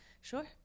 Sure